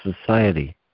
Society